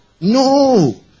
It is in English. No